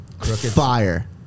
fire